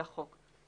לחוק.